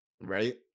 Right